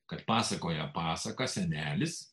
kad pasakoja pasaką senelis